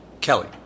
Kelly